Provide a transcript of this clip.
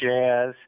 jazz